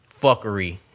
fuckery